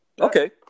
Okay